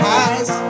eyes